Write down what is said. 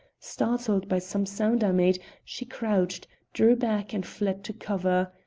startled by some sound i made, she crouched, drew back and fled to cover.